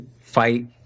fight